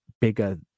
bigger